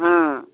हँ